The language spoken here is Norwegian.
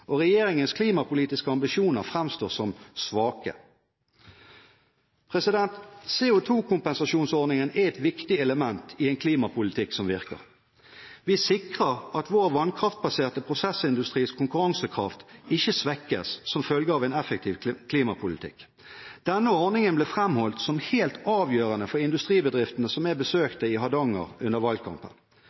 og regjeringens klimapolitiske ambisjoner framstår som svake. CO2-kompensasjonsordningen er et viktig element i en klimapolitikk som virker. Vi sikrer at vår vannkraftbaserte prosessindustris konkurransekraft ikke svekkes som følge av en effektiv klimapolitikk. Denne ordningen ble framholdt som helt avgjørende for industribedriftene som jeg besøkte i Hardanger under valgkampen.